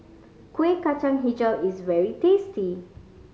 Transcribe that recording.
Kuih Kacang Hijau is very tasty